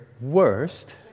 worst